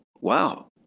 wow